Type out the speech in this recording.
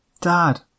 Dad